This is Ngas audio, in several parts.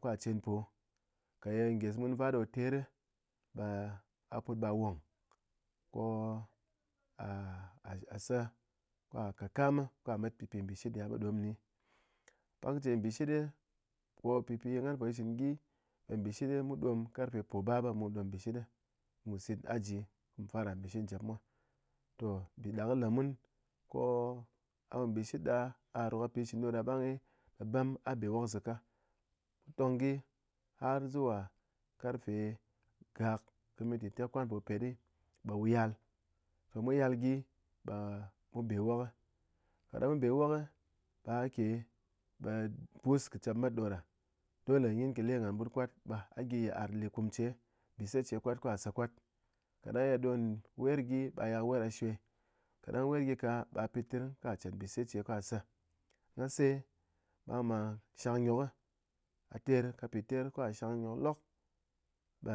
Ko gha chen po ka ye nges mun fa ɗo ter ɓa a put ɓa wong ko a se gha ko gha kat kam ko ghá met pipi nbishit ye gha po ɗóm ɗi pakche mbɨshit ko pɨpi ye ghan po shitchɨn gyi ɓe mbɨshit mu ɗom karfe póbap mu ɗom mbɨshit, mu sit aji mu fara mbishit njep mwa to mpi ɗa kɨ le mun ko a po mbɨshit ɗa a ro ka pi shitchɨn ɗoda bangɨ ɓe bam a be wok zaka tong gyi har zuwa karfe gak kɨ minti tekwan po pet ɓe wuyal mwa yal gyi ɓe mu be wok kaɗang mu be wok ɓa ke ɓe pus ke chep met ɗoɗa dole nyin kɨ le ghán ɓut kwat ɓe a gyi yit'ar litkum che bise che kwat ko gha se kwat kàɗang yidon wer gyi ɓe gha yak wer gha shwe káɗang wer gyi ka ɓe gha pit tɨrng ka chet mbise che ko gha sa, gha se ɓang ɓa shang nyok a ter ka pi ter ka shang nyok lok, ɓe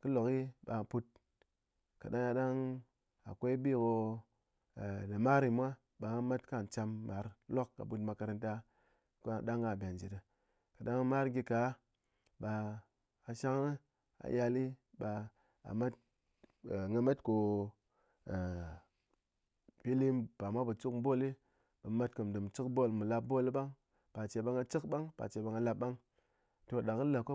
kɨ lok ɓa put káɗang yadang akwai bi ko lɨmar nyi mwa ɓe me met ko gha cham már lok ka bwɨn makaranta ɗang a be ji ɗe, kádang mar gyi ka ɓe gha shang a yal ɓe a met gha mat ko pili par mwa po chek ball ɓe mu ko mu dɨm chek ball mu lap ball ɓang par che ɓe gha chek ɓang par che ɓe gha lap ɓang to ɗa kɨ le ko